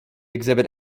exhibit